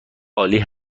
عالی